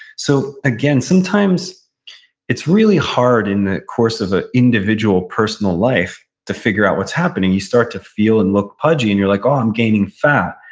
so again, sometimes it's really hard in the course of an individual, personal life to figure out what's happening you start to feel and look pudgy, and you're like, oh, i'm gaining fat.